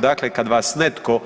Dakle, kad vas netko